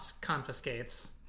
confiscates